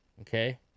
Okay